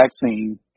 vaccine